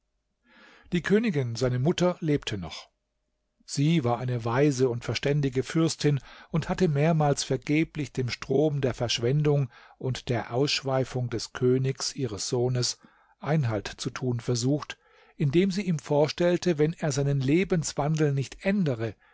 die königin seine mutter lebte noch sie war eine weise und verständige fürstin und hatte mehrmals vergeblich dem strom der verschwendung und der ausschweifung des königs ihres sohnes einhalt zu tun versucht indem sie ihm vorstellte wenn er seinen lebenswandel nicht ändere